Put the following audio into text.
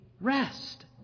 rest